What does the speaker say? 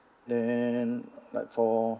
then like for